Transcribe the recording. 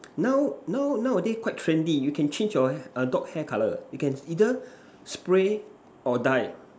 now now nowadays quite trendy you can change your err dog hair color you can either spray or dye